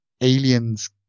Aliens